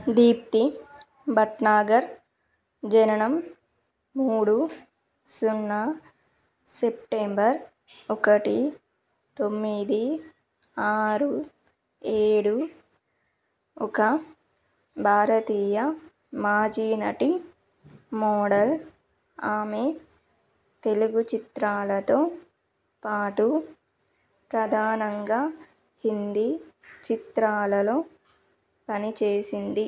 దీప్తి భట్నాగర్ జననం మూడు సున్నా సెప్టెంబర్ ఒకటి తొమ్మిది ఆరు ఏడు ఒక భారతీయ మాజీ నటి మోడల్ ఆమె తెలుగు చిత్రాలతో పాటు ప్రధానంగా హిందీ చిత్రాలలో పని చేసింది